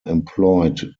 employed